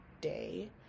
day